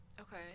Okay